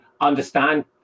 understand